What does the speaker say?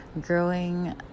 growing